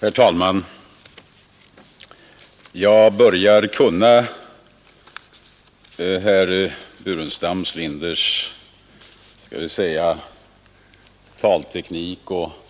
Herr talman! Jag börjar kunna herr Burenstam Linders